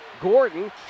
Gordon